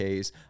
Ks